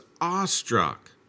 awestruck